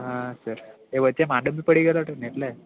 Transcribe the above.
હા સર એ વચ્ચે માંદો બી પડી ગયો હતોને એટલે